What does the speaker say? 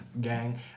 gang